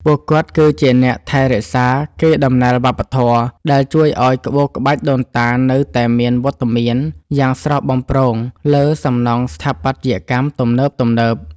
ពួកគាត់គឺជាអ្នកថែរក្សាកេរដំណែលវប្បធម៌ ដែលជួយឱ្យក្បូរក្បាច់ដូនតានៅតែមានវត្តមានយ៉ាងស្រស់បំព្រងលើសំណង់ស្ថាបត្យកម្មទំនើបៗ។